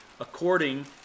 according